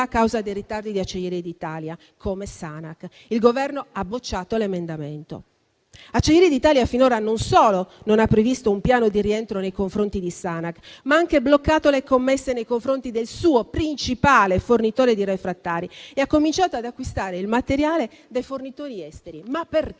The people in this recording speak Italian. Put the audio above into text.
a causa dei ritardi di Acciaierie d'Italia, come Sanac. Il Governo ha bocciato l'emendamento. Acciaierie d'Italia finora non solo non ha previsto un piano di rientro nei confronti di Sanac, ma ha anche bloccato le commesse nei confronti del suo principale fornitore di refrattari e ha cominciato ad acquistare il materiale dai fornitori esteri. Ma perché?